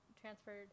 transferred